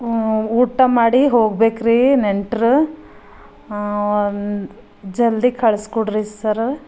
ಊಟ ಮಾಡಿ ಹೋಗಬೇಕ್ರಿ ನೆಂಟ್ರು ಜಲ್ದಿ ಕಳ್ಸ್ಕೊಡ್ರಿ ಸರ